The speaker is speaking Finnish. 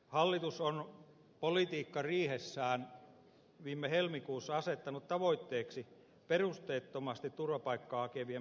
hallitus on politiikkariihessään viime helmikuussa asettanut tavoitteeksi perusteettomasti turvapaikkaa hakevien määrän vähentämisen